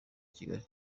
kigali